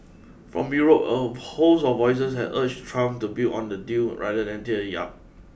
from Europe a host of voices have urged Trump to build on the deal rather than tear it up